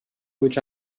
which